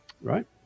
right